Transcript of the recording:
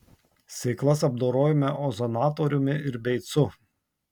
sėklas apdorojome ozonatoriumi ir beicu